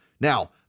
Now